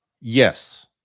Yes